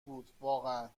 بودواقعا